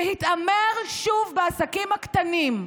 להתעמר שוב בעסקים הקטנים,